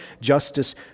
justice